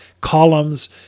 columns